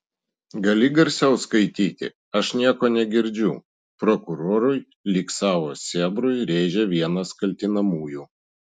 gali garsiau skaityti aš nieko negirdžiu prokurorui lyg savo sėbrui rėžė vienas kaltinamųjų